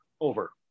Over